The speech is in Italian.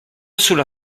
sulla